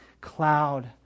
cloud